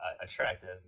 attractive